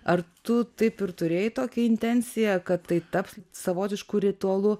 ar tu taip ir turėjai tokią intenciją kad tai taps savotišku ritualu